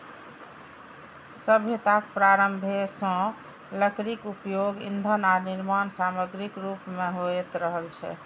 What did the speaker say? सभ्यताक प्रारंभे सं लकड़ीक उपयोग ईंधन आ निर्माण समाग्रीक रूप मे होइत रहल छै